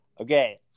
Okay